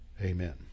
Amen